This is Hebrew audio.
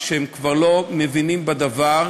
שהם כבר לא מבינים בדבר,